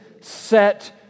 set